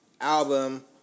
album